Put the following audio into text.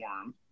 form